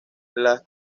las